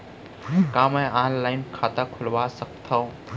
का मैं ऑनलाइन खाता खोलवा सकथव?